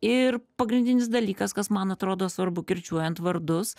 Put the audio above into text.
ir pagrindinis dalykas kas man atrodo svarbu kirčiuojant vardus